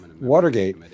Watergate